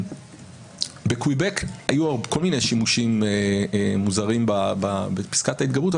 בקוויבק היו כל מיני שימושים מוזרים בפסקת ההתגברות,